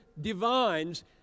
divines